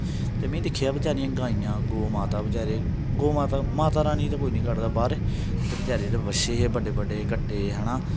ते में दिक्खेआ बचारिया गाइयां गौऽ माता बचारे गौऽ माता रानी दा कोई नेईं कड्ढदा बाहर बचारे जेह्डे़ बच्छे हे बड्डे बड्डे कट्टे हे ना